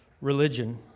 religion